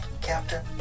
Captain